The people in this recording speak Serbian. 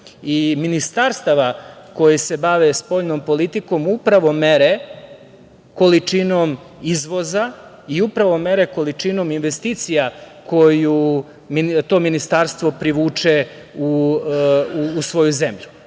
i ministarstava koje se bave spoljnom politikom upravo mere količinom izvoza i upravo mere količinom investicija koje to ministarstvo privuče u svoju zemlju. Znači,